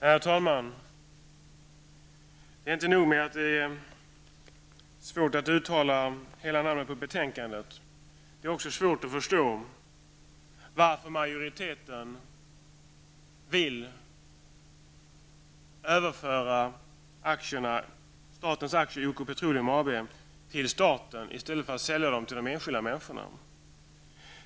Herr talman! Det är inte nog med att det är svårt att uttala hela namnet i betänkandet, det är också svårt att förstå varför majoriteten vill överföra statens aktier i OK Petroleum AB till staten i stället för att sälja dem till de enskilda människorna.